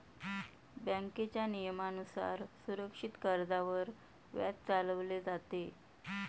बँकेच्या नियमानुसार सुरक्षित कर्जावर व्याज चालवले जाते